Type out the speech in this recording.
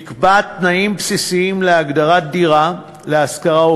יקבע תנאים בסיסיים להגדרת דירה להשכרה,